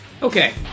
Okay